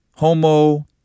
Homo